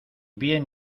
bien